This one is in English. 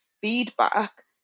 feedback